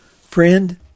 Friend